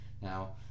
Now